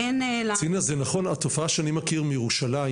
התופעה שאני מכיר מירושלים